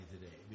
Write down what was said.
today